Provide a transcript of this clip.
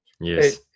Yes